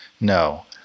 No